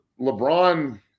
lebron